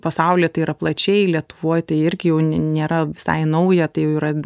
pasaulyje tai yra plačiai lietuvoj tai irgi jau nėra visai nauja tai yra